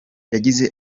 yagize